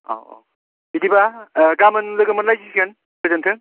औ औ बिदिबा गाबोन लोगो मोनलायसिगोन गोजोनथों